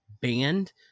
band